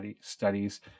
studies